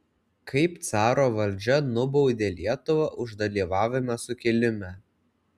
kaip caro valdžia nubaudė lietuvą už dalyvavimą sukilime